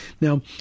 Now